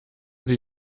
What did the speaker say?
sie